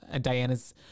diana's